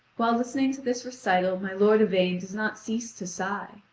while listening to this recital my lord yvain does not cease to sigh.